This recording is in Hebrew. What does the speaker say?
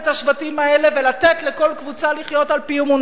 האלה ולתת לכל קבוצה לחיות על-פי אמונתה,